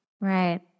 Right